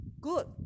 good